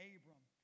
Abram